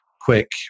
quick